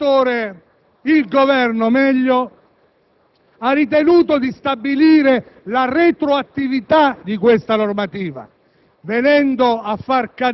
il legislatore, o meglio il Governo, ha ritenuto di stabilire la retroattività di questa normativa,